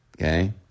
okay